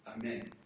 Amen